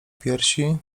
piersi